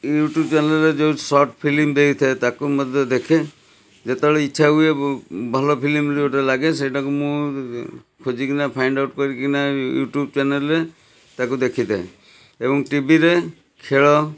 YouTube ଚ୍ୟାନେଲ୍ରେ ଯେଉଁ short film ଦେଇଥାଏ ତାକୁ ମଧ୍ୟ ଦେଖେ ଯେତେବେଳେ ଇଚ୍ଛା ହୁଏ ଭଲ ଫିଲ୍ମ ଯେଉଁଟା ଲାଗେ ସେଇଟାକୁ ମୁଁ ଖୋଜିକିନା ଫାଇଣ୍ଡ୍ ଆଉଟ୍ କରିକିନା ୟୁଟୁବ୍ ଚ୍ୟାନେଲ୍ରେ ତାକୁ ଦେଖିଥାଏ ଏଣୁ ଟିଭିରେ ଖେଳ